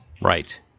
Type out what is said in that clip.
Right